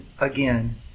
again